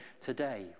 today